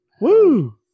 Woo